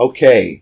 Okay